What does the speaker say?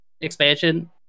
expansion